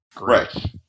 Right